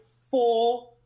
four